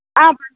ஆ